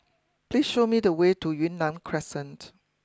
please show me the way to Yunnan Crescent